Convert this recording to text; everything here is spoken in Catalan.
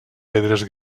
pedres